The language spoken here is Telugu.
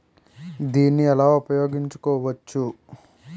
దీన్ని ఎలా ఉపయోగించు కోవచ్చు?